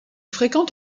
fréquente